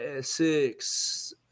six